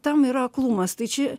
tam yra aklumas tai čia